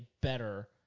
better